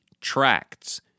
tracts